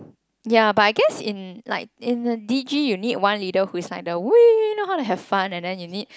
ya but I guess in like in the D G you need one leader who is like the wee know how to have fun and then you need